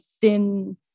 thin